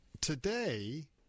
today